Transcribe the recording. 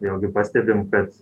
vėlgi pastebim kad